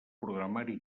programari